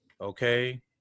Okay